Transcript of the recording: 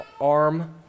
arm